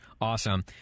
awesome